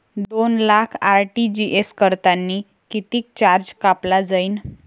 दोन लाख आर.टी.जी.एस करतांनी कितीक चार्ज कापला जाईन?